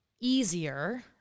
easier